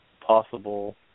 possible